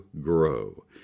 grow